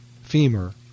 femur